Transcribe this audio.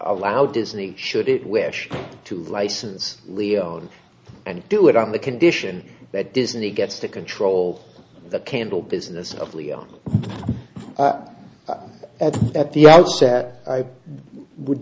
allow disney should it wish to license leone and do it on the condition that disney gets to control the candle business of leo at the outset i would